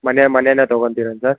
ಮನೆ ಮನೇನೆ ತಗೊಳ್ತೀರಾ ಸರ್